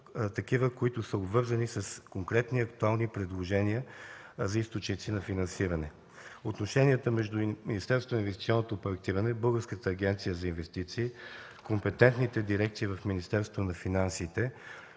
които са обвързани с конкретни актуални предложения за източници на финансиране. Отношенията между Министерството на инвестиционното проектиране и Българската агенция за инвестиции, компетентните дирекции в Министерството на финансите,